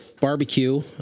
barbecue